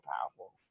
powerful